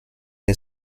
der